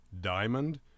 Diamond